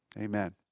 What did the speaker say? Amen